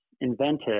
invented